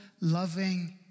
loving